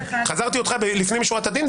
החזרתי אותך לפנים משורת הדין,